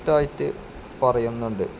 correct ആയിട്ട് പറയുന്നുണ്ട്